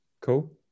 Cool